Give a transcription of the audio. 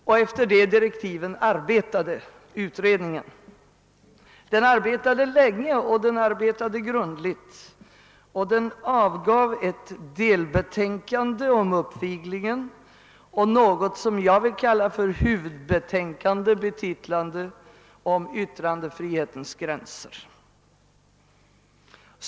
Och efter de direktiven arbetade utredningen. Den arbetade länge och den arbetade grundligt och den avgav ett delbetänkande om uppviglingen och något som jag vill kalla för huvudbetänkande, betitlat yttrandefrihetens gränser.